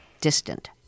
distant